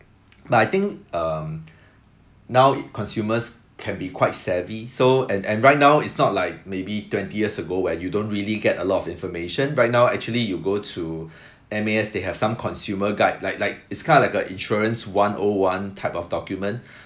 but I think um now consumers can be quite savvy so and and right now it's not like maybe twenty years ago where you don't really get a lot of information right now actually you go to M_A_S they have some consumer guide like like it's kind of like a insurance one O one type of document